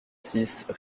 six